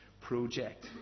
project